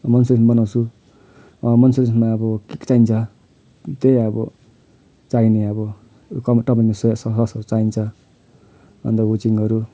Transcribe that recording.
Manchurian बनाउँछु मन्चुरियनमा अब के के चाहिन्छ त्यही अब चाहिने अब कम टम सोया ससहरू चाहिन्छ अन्त हुचिङहरू